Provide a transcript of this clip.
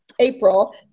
April